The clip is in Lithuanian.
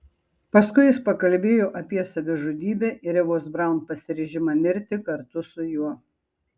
paskui jis pakalbėjo apie savižudybę ir evos braun pasiryžimą mirti kartu su juo